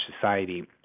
society